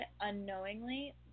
unknowingly